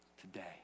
Today